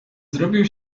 zrobił